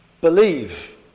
believe